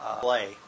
play